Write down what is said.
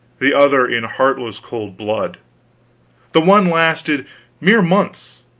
the other in heartless cold blood the one lasted mere months,